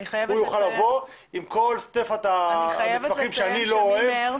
הוא יכול לבוא עם כל המסמכים שאני לא אוהב,